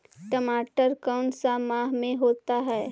टमाटर कौन सा माह में होता है?